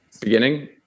beginning